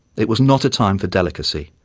it was not a time for delicacy.